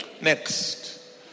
Next